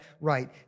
right